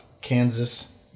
Kansas